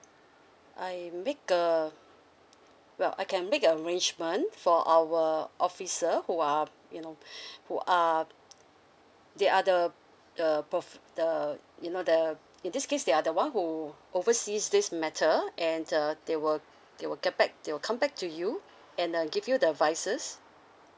I make a well I can make a arrangement for our officer who are you know who are they are the the perf~ the you know the in this case they are the one who oversees this matter and uh they will they will get back they will come back to you and uh give you the advices